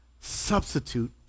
substitute